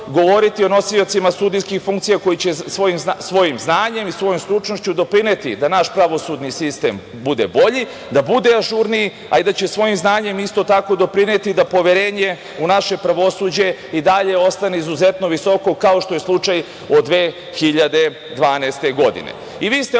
govoriti o nosiocima sudijskih funkcija, koji će svojim znanjem, i svojom stručnošću da naš pravosudni sistem bude bolji, da bude ažurniji i da će svojim znanjem isto tako doprineti da poverenje u naše pravosuđe i dalje ostane izuzetno visoko, kao što je slučaj od 2012. godine.